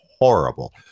horrible